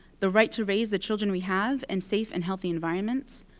the right to raise the children we have in safe and healthy environments,